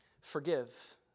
forgive